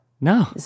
no